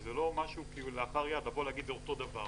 וזה לא משהו כלאחר יד לבוא להגיד זה אותו דבר.